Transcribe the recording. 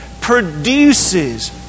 produces